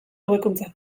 hobekuntza